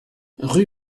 rue